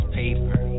paper